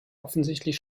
offensichtlich